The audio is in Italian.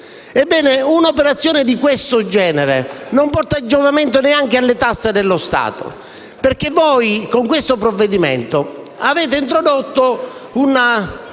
Un'operazione di questo genere non porta giovamento neanche alle tasche dello Stato. Infatti voi, con questo provvedimento, avete introdotto una